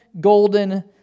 golden